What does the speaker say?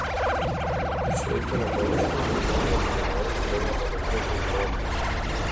iš eifelio bokšto dėl bombos pavojaus buvo evakuoti žmonės